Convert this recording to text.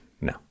No